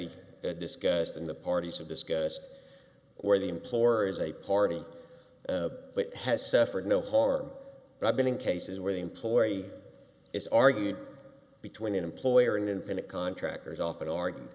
discussed in the parties have discussed where the employer is a party that has suffered no harm but i've been in cases where the employee is arguing between an employer and independent contractors off in oregon